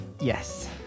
Yes